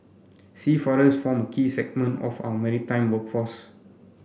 seafarers form a key segment of our maritime workforce